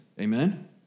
Amen